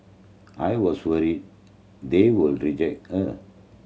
I was worried they would reject her